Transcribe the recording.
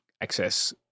access